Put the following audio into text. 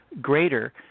greater